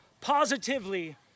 positively